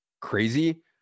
crazy